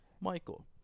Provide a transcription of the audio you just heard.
michael